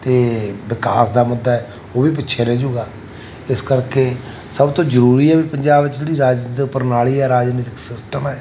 ਅਤੇ ਵਿਕਾਸ ਦਾ ਮੁੱਦਾ ਉਹ ਵੀ ਪਿੱਛੇ ਰਹਿ ਜਾਊਗਾ ਇਸ ਕਰਕੇ ਸਭ ਤੋਂ ਜ਼ਰੂਰੀ ਹੈ ਵੀ ਪੰਜਾਬ 'ਚ ਜਿਹੜੀ ਰਾਜਨੀਤਿਕ ਪ੍ਰਣਾਲੀ ਹੈ ਰਾਜਨੀਤਿਕ ਸਿਸਟਮ ਹੈ